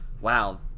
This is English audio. wow